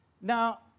Now